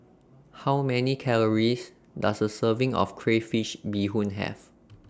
How Many Calories Does A Serving of Crayfish Beehoon Have